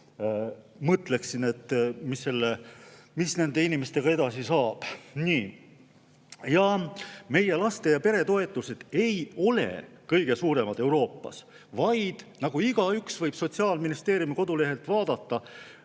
mõtleksin, mis nende inimestega edasi saab. Meie laste- ja peretoetused ei ole kõige suuremad Euroopas, vaid, nagu igaüks võib Sotsiaalministeeriumi kodulehelt vaadata,